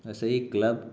ایسے ہی کلب